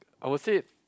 I would say